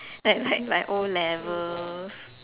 like like O levels